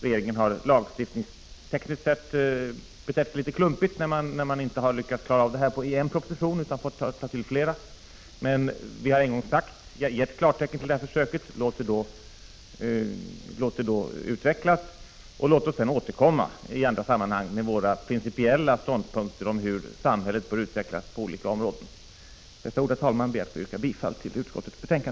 Regeringen har lagstiftningstekniskt sett betett sig litet klumpigt genom att den inte har lyckats täcka hela frågan i en proposition utan fått ta till flera. Men vi har en gång gett klartecken till det här försöket. Låt det då fullföljas, och låt oss sedan återkomma i andra sammanhang med våra principiella ståndpunkter om hur samhället bör utvecklas på olika områden. Med dessa ord, herr talman, ber jag att få yrka bifall till utskottets hemställan.